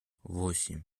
восемь